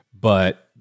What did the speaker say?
but-